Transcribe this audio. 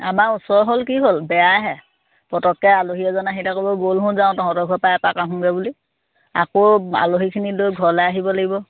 আমাৰ ওচৰ হ'ল কি হ'ল বেয়াহে পটককৈ আলহী এজন আহিলে ক'ব ব'লচোন যাওঁ তহঁতৰ ঘৰৰপৰা এপাক আহোঁগৈ বুলি আকৌ আলহীখিনি লৈ ঘৰলৈ আহিব লাগিব